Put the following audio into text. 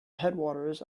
headwaters